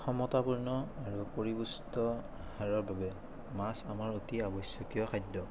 সমতাপূৰ্ণ আৰু পৰিপুষ্ট আহাৰৰ বাবে মাছ আমাৰ অতি আৱশ্যকীয় খাদ্য